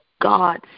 God